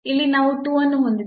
ಇಲ್ಲಿ ನಾವು 2 ಅನ್ನು ಹೊಂದಿದ್ದೇವೆ